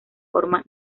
forma